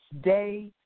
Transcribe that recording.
day